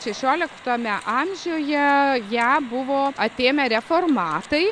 šešioliktame amžiuje ją buvo atėmę reformatai